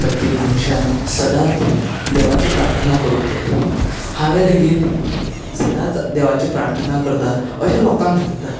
प्रत्येक मनशान सदांच देवाची प्रार्थना करूंक जाय हांवेन लेगीत सदांच देवाची प्रार्थना करता अशें लोकांक सांगता